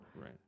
right